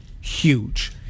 Huge